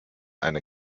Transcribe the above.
eine